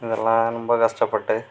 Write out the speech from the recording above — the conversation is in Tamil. இதெல்லாம் ரொம்ப கஷ்டப்பட்டு